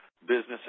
businesses